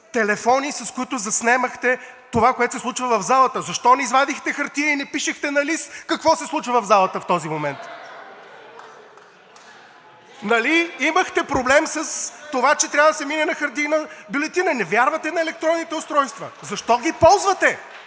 телефони, с които заснемахте това, което се случва в залата. Защо не извадихте хартия и не пишехте на лист какво се случва в залата в този момент?! (Силен шум и реплики.) Нали имахте проблем с това, че трябва да се мине на хартиена бюлетина, не вярвате на електронните устройства. Защо ги ползвате?!